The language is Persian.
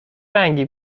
رنگی